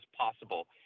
possible